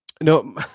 no